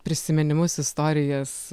prisiminimus istorijas